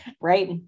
right